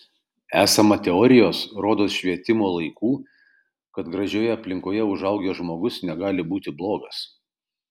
esama teorijos rodos švietimo laikų kad gražioje aplinkoje užaugęs žmogus negali būti blogas